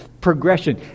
progression